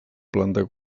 planta